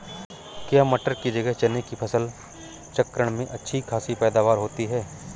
क्या मटर की जगह चने की फसल चक्रण में अच्छी खासी पैदावार होती है?